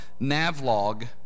Navlog